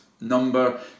number